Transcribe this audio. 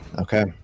Okay